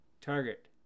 target